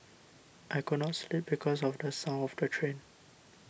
I could not sleep because of the sound of the train